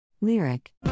Lyric